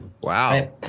Wow